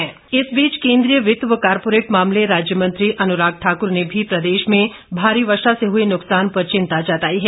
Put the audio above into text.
अनुराग इस बीच केन्द्रीय वित्त व कॉरपोरेट मामले राज्य मंत्री अनुराग ठाकुर ने भी प्रदेश में भारी वर्षा से हुए नुकसान पर चिंता जताई है